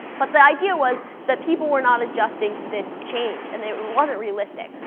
but the idea was that people were not adjusting to this change. and it wasn't realistic.